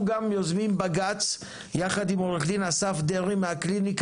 אנחנו גם יוזמים בג"צ יחד עם עו"ד אסף דרעי מהקליניקה